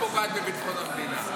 פוגעת בביטחון המדינה.